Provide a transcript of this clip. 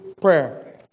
prayer